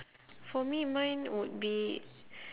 for me mine would be